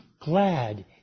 glad